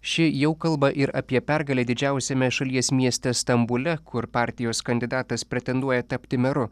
ši jau kalba ir apie pergalę didžiausiame šalies mieste stambule kur partijos kandidatas pretenduoja tapti meru